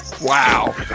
wow